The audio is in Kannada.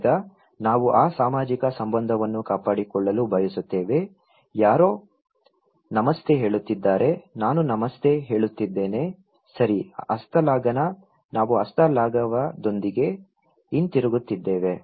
ಈಗ ನಾವು ಆ ಸಾಮಾಜಿಕ ಸಂಬಂಧವನ್ನು ಕಾಪಾಡಿಕೊಳ್ಳಲು ಬಯಸುತ್ತೇವೆ ಯಾರೋ ನಮಸ್ತೆ ಹೇಳುತ್ತಿದ್ದಾರೆ ನಾನು ನಮಸ್ತೆ ಹೇಳುತ್ತಿದ್ದೇನೆ ಸರಿ ಹಸ್ತಲಾಘವ ನಾವು ಹಸ್ತಲಾಘವದೊಂದಿಗೆ ಹಿಂತಿರುಗುತ್ತಿದ್ದೇವೆ